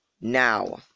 Now